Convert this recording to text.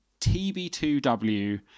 TB2W